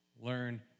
learn